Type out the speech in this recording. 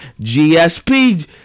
GSP